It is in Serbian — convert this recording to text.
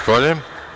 Zahvaljujem.